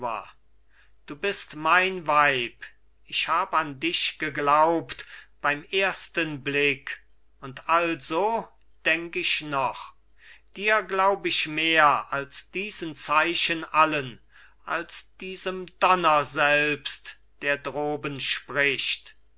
du bist mein weib ich hab an dich geglaubt beim ersten blick und also denk ich noch dir glaub ich mehr als diesen zeichen allen als diesem donner selbst der droben spricht